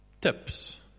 tips